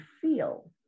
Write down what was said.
feel